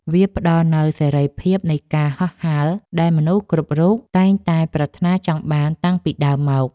វាផ្ដល់នូវសេរីភាពនៃការហោះហើរដែលមនុស្សគ្រប់រូបតែងតែប្រាថ្នាចង់បានតាំងពីដើមមក។